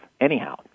Anyhow